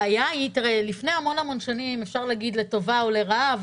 לפני המון שנים אפשר להגיד לטובה או לרעה,